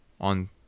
on